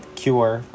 cure